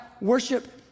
worship